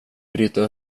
bryter